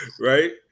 Right